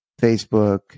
Facebook